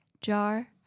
jar